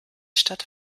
stadt